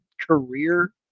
career